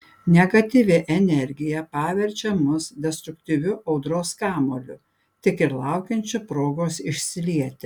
negatyvi energija paverčia mus destruktyviu audros kamuoliu tik ir laukiančiu progos išsilieti